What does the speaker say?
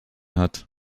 hat